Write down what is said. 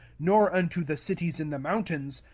nor unto the cities in the mountains,